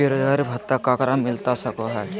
बेरोजगारी भत्ता ककरा मिलता सको है?